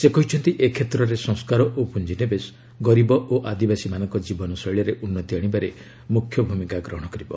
ସେ କହିଛନ୍ତି ଏ କ୍ଷେତ୍ରରେ ସଂସ୍କାର ଓ ପୁଞ୍ଜିନିବେଶ ଗରିବ ଓ ଆଦିବାସୀମାନଙ୍କ ଜୀବନ ଶୈଳୀରେ ଉନ୍ନତି ଆଶିବାରେ ମୁଖ୍ୟ ଭୂମିକା ଗ୍ରହଣ କରିବ